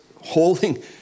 holding